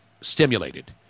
stimulated